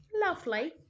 Lovely